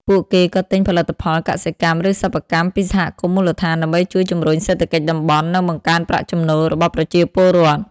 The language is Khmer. ពួកគេក៏ទិញផលិតផលកសិកម្ម ឬសិប្បកម្មពីសហគមន៍មូលដ្ឋាន ដើម្បីជួយជំរុញសេដ្ឋកិច្ចតំបន់ និងបង្កើនប្រាក់ចំណូលរបស់ប្រជាពលរដ្ឋ។